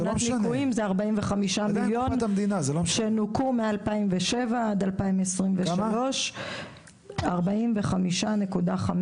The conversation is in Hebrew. מבחינת ניכויים זה 45 מיליון שנוכו מ-2007 עד 2023. 45.5